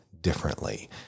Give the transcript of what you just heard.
differently